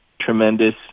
tremendous